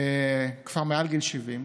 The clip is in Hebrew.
כבר מעל גיל 70,